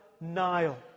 Nile